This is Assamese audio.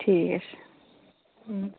ঠিক আছে